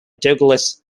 douglas